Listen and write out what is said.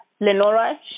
Lenora